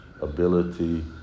ability